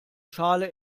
schale